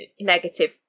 negative